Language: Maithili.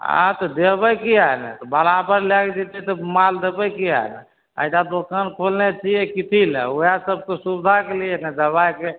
आ तऽ देबै किए नहि तऽ बराबर लैके जेतै तऽ माल देबै किए नहि अइजाँ दोकान खोलने छियै कथी लए वएह सब सुबिधाके लिए ने दबाइके